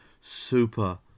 super